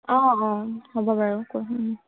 অঁ অঁ হ'ব বাৰু